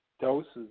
doses